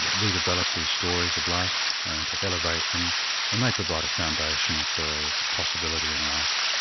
but redevelop these stories of life and to elevate them and they provide a foundation for possibility in life.